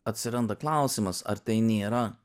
atsiranda klausimas ar tai nėra